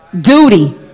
duty